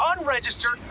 unregistered